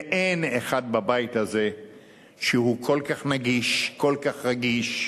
ואין אחד בבית הזה שהוא כל כך נגיש, כל כך רגיש,